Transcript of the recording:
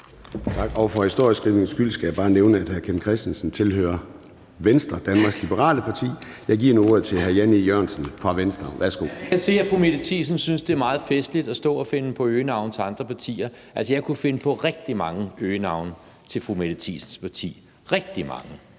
For historieskrivningens skyld skal jeg bare nævne, at hr. Ken Kristensen tilhører Venstre, Danmarks Liberale Parti. Jeg giver nu ordet til hr. Jan E. Jørgensen fra Venstre. Værsgo. Kl. 10:44 Jan E. Jørgensen (V): Jeg kan se, at fru Mette Thiesen synes, det er meget festligt at stå og finde på øgenavne til andre partier. Jeg kunne finde på rigtig mange øgenavne til fru Mette Thiesens parti – rigtig mange